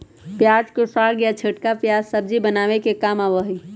प्याज के साग या छोटका प्याज सब्जी बनावे के काम आवा हई